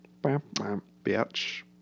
Bitch